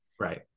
Right